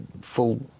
full